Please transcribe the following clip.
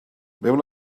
mewn